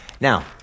Now